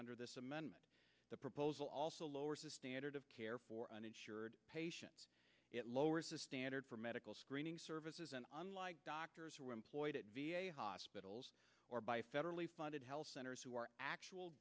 under this amendment the proposal also lowers the standard of care for uninsured patients it lowers the standard for medical screening services and unlike doctors who are employed at v a hospitals or by federally funded health centers who are actual